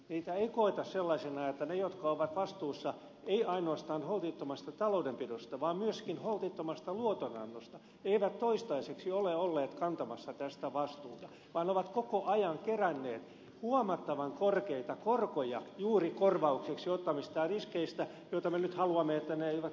niitä ei koeta sellaisina että ne jotka ovat vastuussa ei ainoastaan holtittomasta taloudenpidosta vaan myöskin holtittomasta luotonannosta olisivat toistaiseksi olleet kantamassa tästä vastuuta vaan ne ovat koko ajan keränneet huomattavan korkeita korkoja juuri korvaukseksi ottamistaan riskeistä joiden me nyt emme kuitenkaan halua toteutuvan